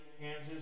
Kansas